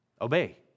Obey